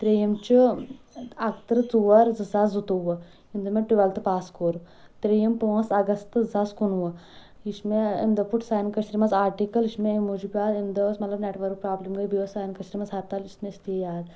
ترٛییِٚم چھ اَکہٕ ترٕہ ژور زٕ ساس زٕتووُہ ییٚمہِ دۄہ مےٚ ٹُوٮ۪لتھ پاس کوٚر ترٛییِٚم پانٛژھ اگست زٕ ساس کُنوُہ یہِ چھُ مےٚ أمہِ دۄہ فُٹ سانہِ کٔشیٖرِ منٛز آٹِکل یہِ چھُ مےٚ أمہِ موجوٗب یاد اَ مہِ دۄہ أس مطلب نٮ۪ٹؤرٕک پرابلم گٔے بیٚیہِ اوس سانہِ کٔشیٖرِ منٛز ہرتال یُس نہٕ اَسہِ پیٚیہِ یاد